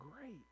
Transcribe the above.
great